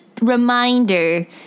reminder